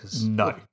No